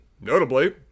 notably